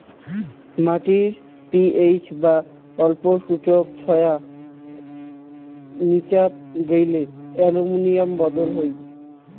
মাটির পি.এইচ বা অম্ল সূচক ছয়ের নীচাত গেইলে অ্যালুমিনিয়াম বদল হই